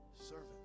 servant